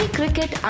cricket